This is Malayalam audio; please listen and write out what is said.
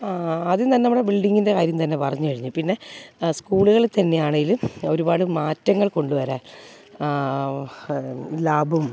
ആദ്യം തന്നെ നമ്മുടെ ബിൽഡിങ്ങിൻ്റെ കാര്യം തന്നെ പറഞ്ഞുകഴിഞ്ഞാല് പിന്നെ സ്കൂളുകളില് തന്നെ ആണേലും ഒരുപാട് മാറ്റങ്ങൾ കൊണ്ടുവരാൻ ലാബും